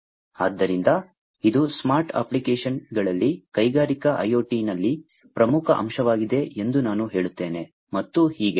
ಆದ್ದರಿಂದ ಇದು ಸ್ಮಾರ್ಟ್ ಅಪ್ಲಿಕೇಶನ್ಗಳಲ್ಲಿ ಕೈಗಾರಿಕಾ IoT ನಲ್ಲಿ ಪ್ರಮುಖ ಅಂಶವಾಗಿದೆ ಎಂದು ನಾನು ಹೇಳುತ್ತೇನೆ ಮತ್ತು ಹೀಗೆ